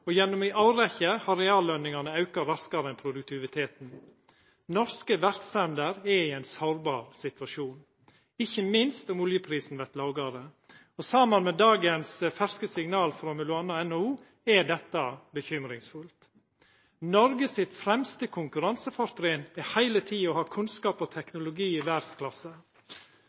våre. Gjennom ei årrekkje har reallønningane auka raskare enn produktiviteten. Norske verksemder er i ein sårbar situasjon, ikkje minst om oljeprisen vert lågare. Saman med dagens ferske signal frå m.a. NHO er dette bekymringsfullt. Noreg sitt fremste konkurransefortrinn er heile tida å ha kunnskap og teknologi i verdsklasse.